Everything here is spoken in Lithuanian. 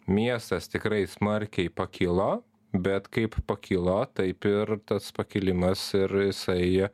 miestas tikrai smarkiai pakilo bet kaip pakilo taip ir tas pakilimas ir jisai